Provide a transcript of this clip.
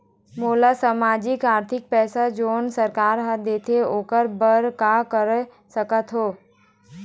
मोला सामाजिक आरथिक पैसा जोन सरकार हर देथे ओकर बर का कर सकत हो?